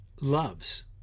loves